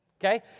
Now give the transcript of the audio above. okay